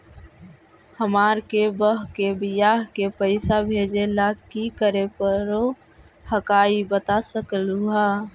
हमार के बह्र के बियाह के पैसा भेजे ला की करे परो हकाई बता सकलुहा?